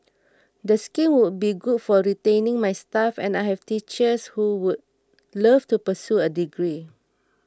the scheme would be good for retaining my staff and I have teachers who would love to pursue a degree